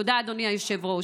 תודה, אדוני היושב-ראש.